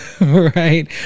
right